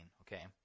okay